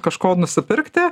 kažko nusipirkti